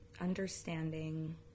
understanding